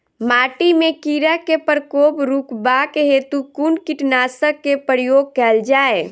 माटि मे कीड़ा केँ प्रकोप रुकबाक हेतु कुन कीटनासक केँ प्रयोग कैल जाय?